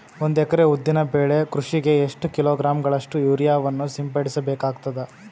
ಒಂದು ಎಕರೆ ಉದ್ದಿನ ಬೆಳೆ ಕೃಷಿಗೆ ಎಷ್ಟು ಕಿಲೋಗ್ರಾಂ ಗಳಷ್ಟು ಯೂರಿಯಾವನ್ನು ಸಿಂಪಡಸ ಬೇಕಾಗತದಾ?